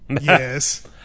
Yes